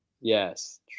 Yes